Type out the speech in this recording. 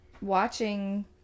watching